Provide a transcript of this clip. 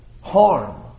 harm